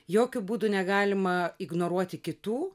jokiu būdu negalima ignoruoti kitų